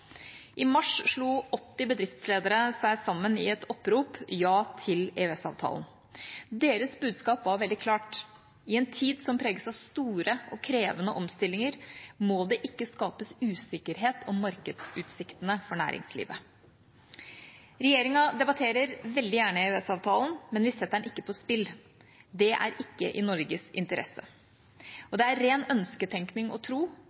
I mars slo 80 bedriftsledere seg sammen i et opprop: «JA til EØS-avtalen». Deres budskap var veldig klart: I en tid som preges av store og krevende omstillinger, må det ikke skapes usikkerhet om markedsutsiktene for næringslivet. Regjeringa debatterer veldig gjerne EØS-avtalen, men vi setter den ikke på spill. Det er ikke i Norges interesse. Og det er ren ønsketenkning å tro